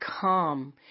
come